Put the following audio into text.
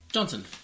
Johnson